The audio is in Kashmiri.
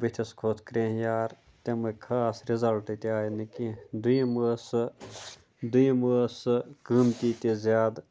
بٕتھِس کھۄتہٕ کرٛینٛہہ یار تِمٕے خاص رِزَلٹ تہِ آیہِ نہٕ کیٚنٛہہ دوٚیِم ٲس سُہ دوٚیِم ٲس سُہ قۭمتی تہِ زیادٕ